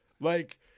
Like-